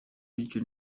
bityo